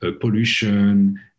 pollution